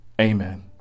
Amen